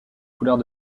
couleurs